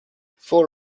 four